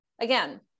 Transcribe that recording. Again